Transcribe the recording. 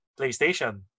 PlayStation